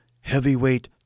Heavyweight